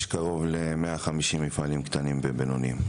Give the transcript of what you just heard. יש קרוב ל-150 מפעלים קטנים ובינוניים.